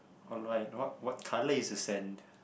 alright what what colour is the sand